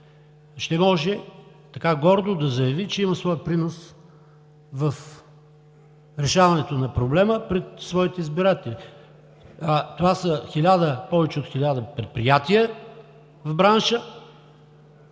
ще може гордо да заяви, че има своя принос в решаването на проблема пред своите избиратели. Това са повече от хиляда предприятия в бранша,